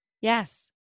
Yes